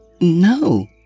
No